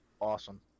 awesome